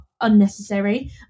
unnecessary